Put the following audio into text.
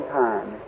time